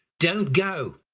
don't go,